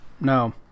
No